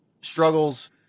struggles